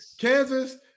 Kansas